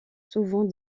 souvent